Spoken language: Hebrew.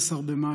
16 במאי,